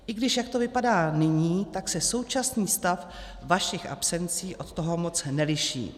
I když jak to vypadá nyní, tak se současný stav vašich absencí od toho moc neliší.